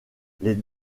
les